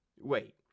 Wait